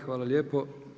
Hvala lijepo.